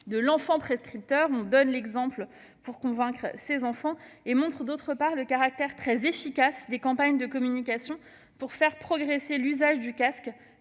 de l'enfant prescripteur- il s'agit de donner l'exemple pour convaincre ses enfants -, et, d'autre part, au caractère très efficace des campagnes de communication destinées à faire progresser l'usage du casque